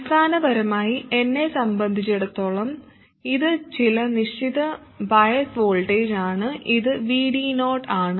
അടിസ്ഥാനപരമായി എന്നെ സംബന്ധിച്ചിടത്തോളം ഇത് ചില നിശ്ചിത ബയസ് വോൾട്ടേജാണ് ഇത് Vd0 ആണ്